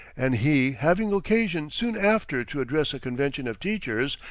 and he having occasion soon after to address a convention of teachers,